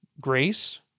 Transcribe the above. grace